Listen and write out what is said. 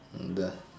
the